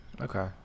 okay